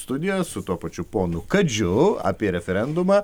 studijoje su tuo pačiu ponu kadžiu apie referendumą